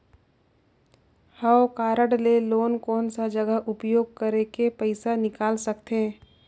हव कारड ले कोन कोन सा जगह उपयोग करेके पइसा निकाल सकथे?